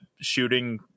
shooting